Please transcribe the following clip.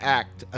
act